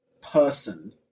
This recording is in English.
person